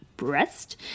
breast